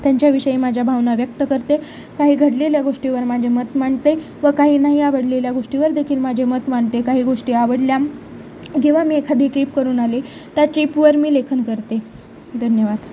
त्यांच्याविषयी माझ्या भावना व्यक्त करते काही घडलेल्या गोष्टीवर माझे मत मांडते व काही नाही आवडलेल्या गोष्टीवर देखील माझे मत मांडते काही गोष्टी आवडल्या किंवा मी एखादी ट्रीप करून आले त्या ट्रिपवर मी लेखन करते धन्यवाद